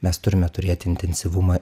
mes turime turėti intensyvumą